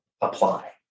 apply